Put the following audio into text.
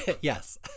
Yes